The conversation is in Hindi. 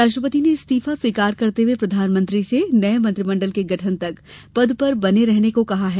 राष्ट्रपति ने इस्तीफा स्वीकार करते हुए प्रधानमंत्री से नये मंत्रिमंडल के गठन तक पद पर बने रहने को कहा है